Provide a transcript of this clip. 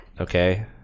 Okay